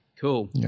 Cool